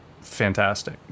fantastic